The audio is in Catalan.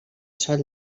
sòl